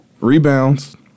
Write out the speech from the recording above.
Rebounds